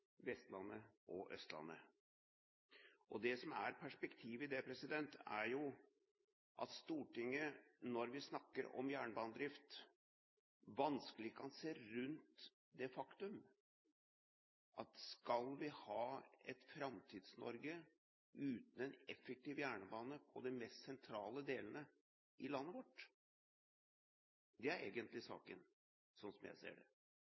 Vestlandet og Østlandet. Det som er perspektivet i det, er at Stortinget når vi snakker om jernbanedrift, vanskelig kan se rundt dette: Skal vi ha et Framtids-Norge uten en effektiv jernbane i de mest sentrale delene av landet vårt? Det er egentlig saken, slik jeg ser det.